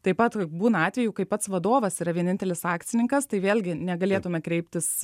taip pat būna atvejų kai pats vadovas yra vienintelis akcininkas tai vėlgi negalėtume kreiptis